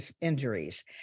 injuries